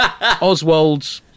Oswald's